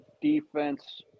defense